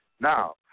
Now